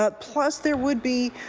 but plus there would be